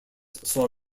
saw